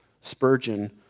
Spurgeon